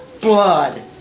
blood